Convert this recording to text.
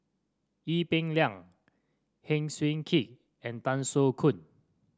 Ee Peng Liang Heng Swee Keat and Tan Soo Khoon